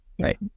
Right